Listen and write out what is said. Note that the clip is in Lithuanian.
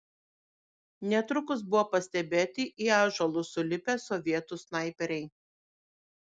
netrukus buvo pastebėti į ąžuolus sulipę sovietų snaiperiai